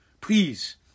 please